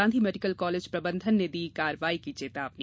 Gandhi medical college प्रबंधन ने दी कार्रवाई की चेतावनी